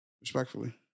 Respectfully